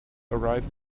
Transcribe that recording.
arrive